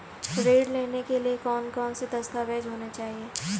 ऋण लेने के लिए कौन कौन से दस्तावेज होने चाहिए?